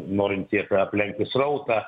norint tiek aplenkti srautą